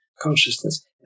consciousness